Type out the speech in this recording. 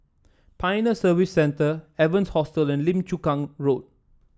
Pioneer Service Centre Evans Hostel Lim Chu Kang Road